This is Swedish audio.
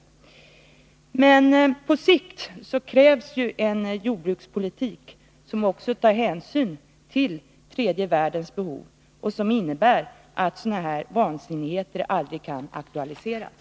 Men på sikt krävs en jordbrukspolitik som också tar hänsyn till tredje världens behov och som innebär att sådana här vansinnigheter aldrig kan aktualiseras.